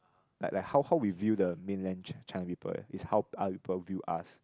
like like how how we view the Mainland China people uh is how other people view us